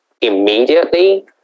immediately